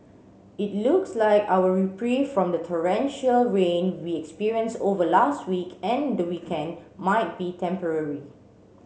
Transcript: it looks like our reprieve from the torrential rain we experienced over last week and the weekend might be temporary